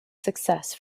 success